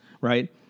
right